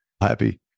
Happy